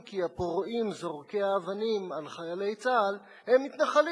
כי הפורעים זורקי האבנים על חיילי צה"ל הם מתנחלים.